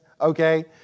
okay